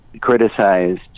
criticized